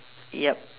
yup